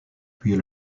puis